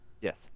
Yes